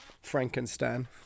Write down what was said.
Frankenstein